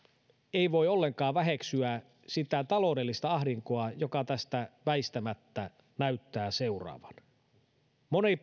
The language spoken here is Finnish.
ei voi ollenkaan väheksyä sitä taloudellista ahdinkoa joka tästä väistämättä näyttää seuraavan moni